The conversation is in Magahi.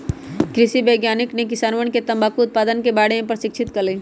कृषि वैज्ञानिकवन ने किसानवन के तंबाकू उत्पादन के बारे में प्रशिक्षित कइल